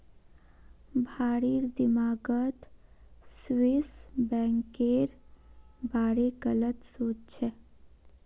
भारिर दिमागत स्विस बैंकेर बारे गलत सोच छेक